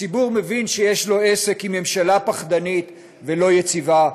הציבור מבין שיש לו עסק עם ממשלה פחדנית ולא יציבה,